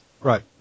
Right